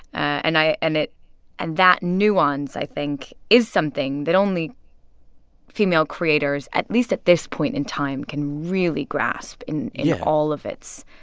and i and it and that nuance, i think, is something that only female creators, at least at this point in time, can really grasp in. yeah. all of its.